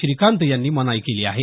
श्रीकांत यांनी मनाई केली आहे